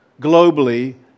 globally